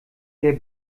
der